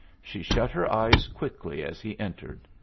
she shut her eyes quickly as he entered.